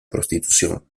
prostitución